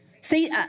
See